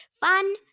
Fun